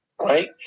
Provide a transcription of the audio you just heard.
right